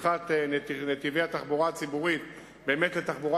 בפתיחת נתיבי התחבורה הציבורית באמת לתחבורה